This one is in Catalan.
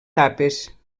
tapes